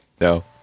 No